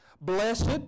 Blessed